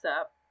up